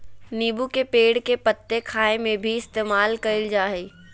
नींबू के पेड़ के पत्ते खाय में भी इस्तेमाल कईल जा हइ